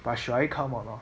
but should I come or not